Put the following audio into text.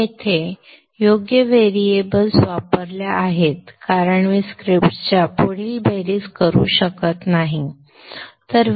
मी येथे योग्य व्हेरिएबल्स वापरल्या आहेत कारण मी स्क्रिप्ट्सच्या पुढील बेरीज करू शकत नाही